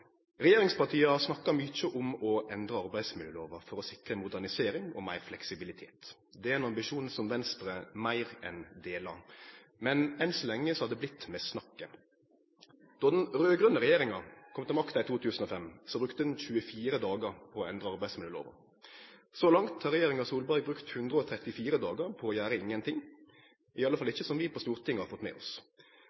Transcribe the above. Regjeringspartia snakkar mykje om å endre arbeidsmiljølova for å sikre modernisering og meir fleksibilitet. Det er ein ambisjon som Venstre meir enn deler. Men enn så lenge har det vorte med snakket. Då den raud-grøne regjeringa kom til makta i 2005, brukte ein 24 dagar på å endre arbeidsmiljølova. Så langt har regjeringa Solberg brukt 134 dagar på å gjere